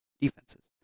defenses